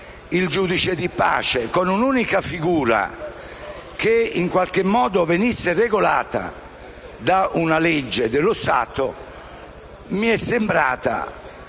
il giudice di pace con un'unica figura, che in qualche modo venisse regolata da una legge dello Stato, mi è sembrata